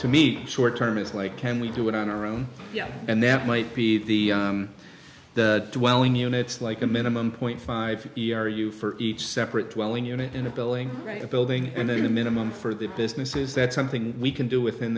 to meet short term is like can we do it on our own and that might be the the welling units like a minimum point five e r you for each separate well in unit in a building right a building and then the minimum for the business is that something we can do within